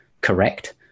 correct